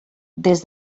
des